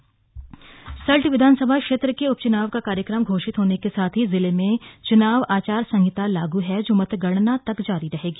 सल्ट विधानसभा उपचनाव सल्ट विधानसभा क्षेत्र के उपच्नाव का कार्यक्रम घोषित होने के साथ ही जिले में चुनाव आचार संहिता लागू है जो मतगणना तक जारी रहेगी